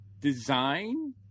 design